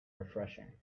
refreshing